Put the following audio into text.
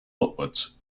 upwards